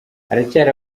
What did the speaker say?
haracyari